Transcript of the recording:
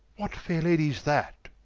what faire ladie's that?